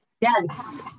Yes